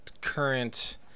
current